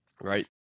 right